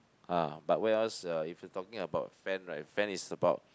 ah but where else uh if you're talking about fan [right] fan is about